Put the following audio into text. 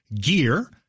gear